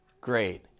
great